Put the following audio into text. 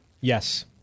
yes